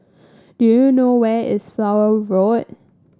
do you know where is Flower Road